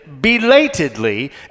belatedly